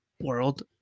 world